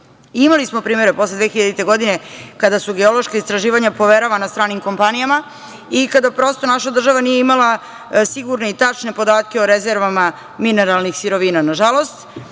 Imali smo primera posle 2000. godine kada su geološka istraživanja poveravana stranim kompanijama i kada prosto naša država nije imala sigurne i tačke podatke o rezervama mineralnih sirovina. Nažalost,